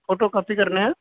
photocopy ਕਰਨੇ ਆ